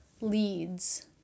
leads